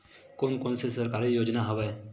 कोन कोन से सरकारी योजना हवय?